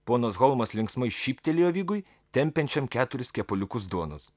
ponas holmas linksmai šyptelėjo vigui tempiančiam keturis kepaliukus duonos